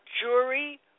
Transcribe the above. jury